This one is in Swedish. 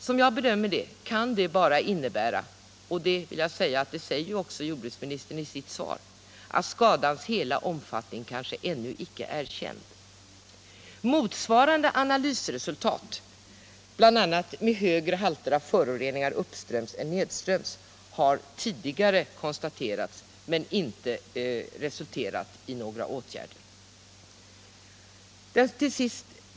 Som jag bedömer detta kan det bara innebära — och det säger även jordbruksministern i sitt svar — att skadans hela omfattning kanske ännu icke är känd. Motsvarande analysresultat, bl.a. med högre halter av föroreningar uppströms än nedströms, har tidigare konstaterats men inte resulterat i några åtgärder.